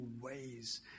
ways